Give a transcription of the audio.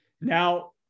now